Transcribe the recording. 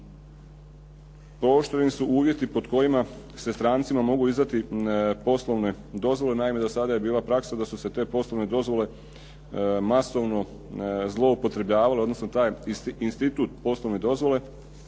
Pooštreni su uvjeti pod kojima se strancima mogu izdati poslovne dozvole. Naime, do sada je bila praksa da su se te poslovne dozvole masovno zloupotrebljavale odnosno taj institut poslovne dozvole